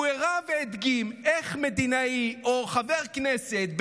הוא הראה והדגים איך מדינאי או חבר כנסת,